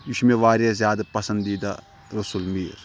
یہِ چھُ مےٚ واریاہ زیادٕ پَسَنٛدیٖدہ رسول میٖر